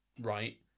right